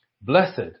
Blessed